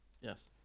Yes